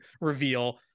reveal-